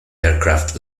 aircraft